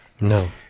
No